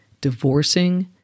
divorcing